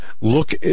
Look